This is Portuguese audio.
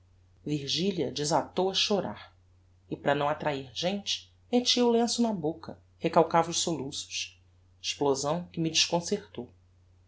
desatou a chorar e para não attrahir gente mettia o lenço na boca recalcava os soluços explosão que me desconcertou